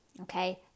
Okay